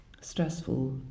stressful